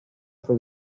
for